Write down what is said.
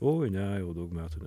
oi ne jau daug metų ne